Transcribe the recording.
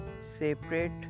separate